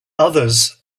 others